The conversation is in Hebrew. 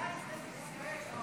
הסתייגות 45